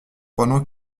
pendant